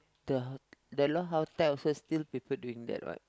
the hotel also still people doing that what